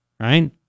Right